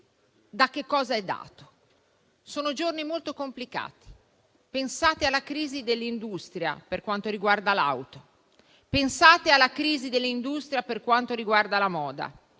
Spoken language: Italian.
sulle cause. Sono giorni molto complicati: pensate alla crisi dell'industria per quanto riguarda l'auto; pensate alla crisi dell'industria per quanto riguarda la moda;